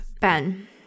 Ben